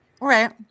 right